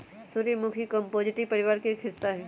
सूर्यमुखी कंपोजीटी परिवार के एक हिस्सा हई